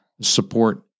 support